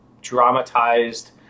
dramatized